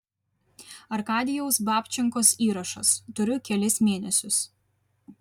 arkadijaus babčenkos įrašas turiu kelis mėnesius